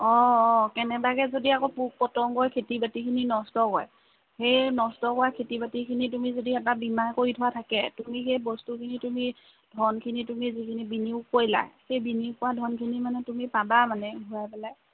অঁ অঁ কেনেবাকৈ যদি পোক পতংগই খেতি বাতিখিনি নষ্ট কৰে সেই নষ্ট হোৱা খেতি বাতিখিনি তুমি যদি এটা বীমা কৰি থোৱা থাকে তুমি সেই বস্তুখিনি তুমি ধনখিনি তুমি যিখিনি বিনিয়োগ কৰিলা সেই বিনিয়োগ কৰা ধনখিনি তুমি পাবা মানে ঘূৰাই পেলাই